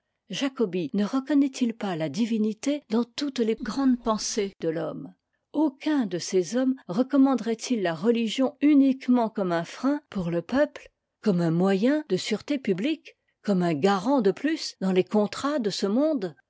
jacobi ne reconnaît il pas la divinité dans toutes les grandes pensées de l'homme aucun de ces hommes recommanderaitil la religion uniquement comme un frein pour le peuple comme un moyen de sûreté publique comme un garant de plus dans les contrats de ce monde